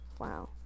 Wow